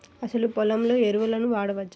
అసలు పొలంలో ఎరువులను వాడవచ్చా?